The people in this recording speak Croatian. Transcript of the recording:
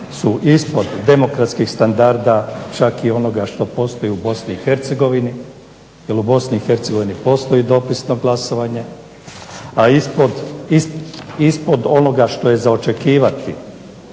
su ispod demokratskih standarda čak i onoga što postoji u BiH jer u BiH postoji dopisno glasovanje, a ispod onoga što je za očekivati